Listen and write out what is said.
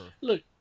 Look